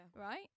right